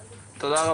תודה.